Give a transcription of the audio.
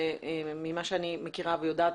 וממה שאני מכירה ויודעת,